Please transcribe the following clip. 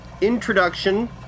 Introduction